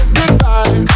goodbye